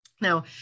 Now